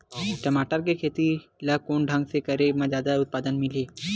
टमाटर के खेती ला कोन ढंग से करे म जादा उत्पादन मिलही?